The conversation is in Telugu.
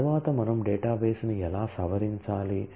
తరువాత మనం డేటాబేస్ను ఎలా సవరించాలి